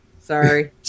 Sorry